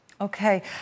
Okay